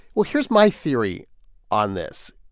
well, here's my theory on this.